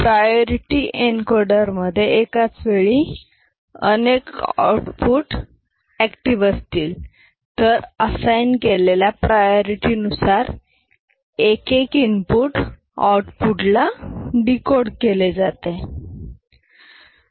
priority encoder मध्ये एकाचवेळी अनेक इनपुट अॅक्टिव असतील तर असाईन केलेल्या प्रायोरिटी नुसार एक एक इनपुट आउटपुट ला डीकोड होते